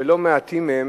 לא מעטים מהם,